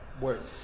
work